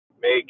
make